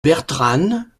bertranne